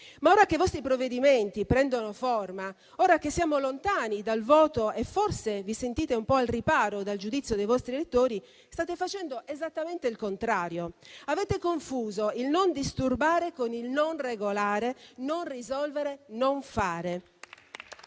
ma ora che i vostri provvedimenti prendono forma, ora che siamo lontani dal voto e forse vi sentite un po' al riparo dal giudizio dei vostri elettori, state facendo esattamente il contrario. Avete confuso il non disturbare con il non regolare, non risolvere, non fare.